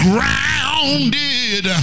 Grounded